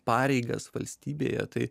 pareigas valstybėje tai